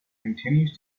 continues